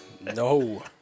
No